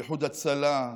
לאיחוד הצלה,